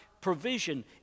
provision